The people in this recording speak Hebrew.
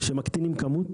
כשמקטינים כמות